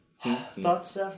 Thoughts